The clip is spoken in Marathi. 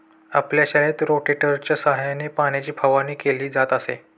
आपल्या शाळेत रोटेटरच्या सहाय्याने पाण्याची फवारणी केली जात असे